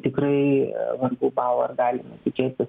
tikrai vargu bau ar galime tikėtis